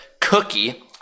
cookie